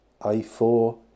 A4